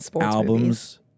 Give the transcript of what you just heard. albums